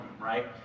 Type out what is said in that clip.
right